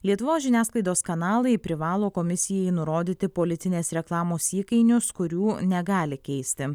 lietuvos žiniasklaidos kanalai privalo komisijai nurodyti politinės reklamos įkainius kurių negali keisti